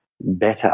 better